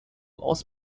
aus